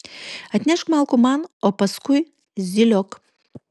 atnešk malkų man o paskui zyliok